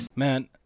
Man